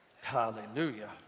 hallelujah